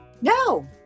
No